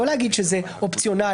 לא להגיד שזה אופציונלי,